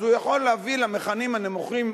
אז הוא יכול להביא למכנים הנמוכים,